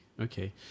okay